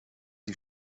die